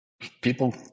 People